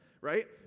right